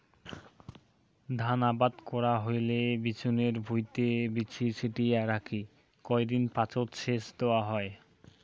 ধান আবাদ করা হইলে বিচনের ভুঁইটে বীচি ছিটিয়া রাখি কয় দিন পাচত সেচ দ্যাওয়া হয়